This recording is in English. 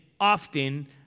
often